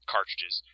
Cartridges